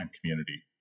community